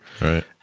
Right